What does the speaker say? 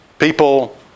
People